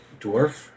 dwarf